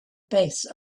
base